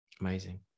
Amazing